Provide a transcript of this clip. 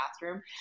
bathroom